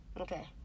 Okay